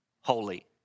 holy